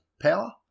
Power